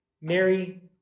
Mary